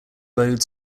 bowed